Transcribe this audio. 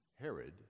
Herod